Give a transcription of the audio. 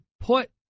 put